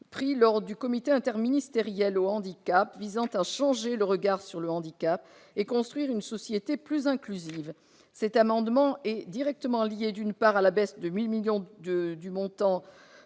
pris lors du Comité interministériel du handicap visant à changer le regard sur le handicap et à construire une société plus inclusive. Cet amendement est directement lié, d'une part, à la baisse de 8 millions d'euros du montant